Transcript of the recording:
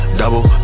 double